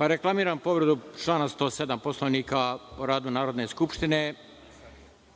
Reklamiram povredu člana 107. Poslovnika o radu Narodne skupštine.